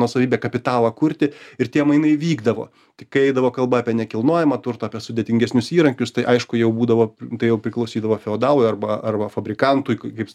nuosavybę kapitalą kurti ir tie mainai vykdavo tik kai eidavo kalba apie nekilnojamą turtą apie sudėtingesnius įrankius tai aišku jau būdavo tai jau priklausydavo feodalui arba arba fabrikantui kaip